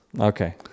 Okay